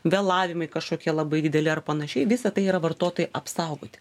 vėlavimai kažkokie labai dideli ar panašiai visa tai yra vartotojai apsaugoti